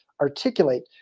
articulate